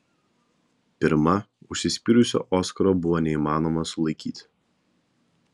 pirma užsispyrusio oskaro buvo neįmanoma sulaikyti